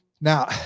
Now